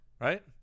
Right